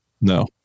No